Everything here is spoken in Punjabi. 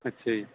ਅੱਛਾ ਜੀ